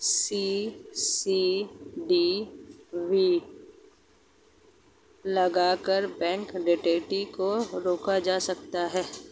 CCTV लगाकर bank डकैती को रोका जा सकता है